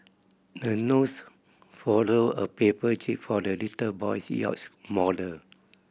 the nurse folded a paper jib for the little boy's yacht model